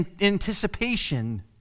anticipation